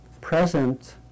present